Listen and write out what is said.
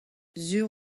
sur